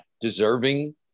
deserving